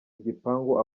igipangu